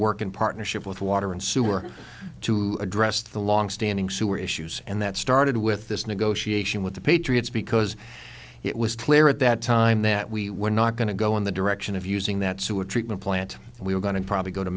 work in partnership with water and sewer to address the longstanding sewer issues and that started with this negotiation with the patriots because it was clear at that time that we were not going to go in the direction of using that sewage treatment plant we were going to probably go to